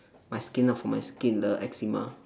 my skin lah for my skin the eczema